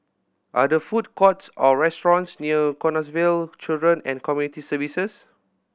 are there food courts or restaurants near Canossaville Children and Community Services